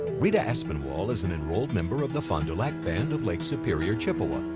rita aspinwall is an enrolled member of the fond du lac band of lake superior, chippewa,